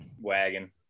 wagon